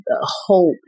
hope